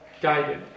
guided